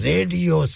Radio